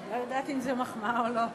אני לא יודעת אם זו מחמאה או לא.